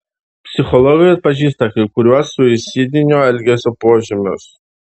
psichologai atpažįsta kai kuriuos suicidinio elgesio požymius